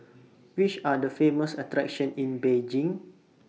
Which Are The Famous attractions in Beijing